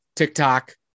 TikTok